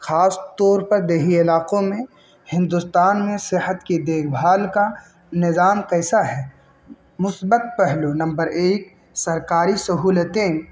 خاص طور پر دیہی علاقوں میں ہندوستان میں صحت کی دیکھ بھال کا نظام کیسا ہے مثبت پہلو نمبر ایک سرکاری سہولتیں